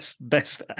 best